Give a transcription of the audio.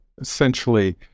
essentially